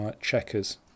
checkers